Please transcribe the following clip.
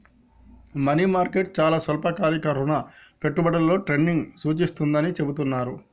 money market చాలా స్వల్పకాలిక రుణ పెట్టుబడులలో ట్రేడింగ్ను సూచిస్తుందని చెబుతున్నరు